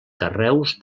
carreus